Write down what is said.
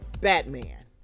Batman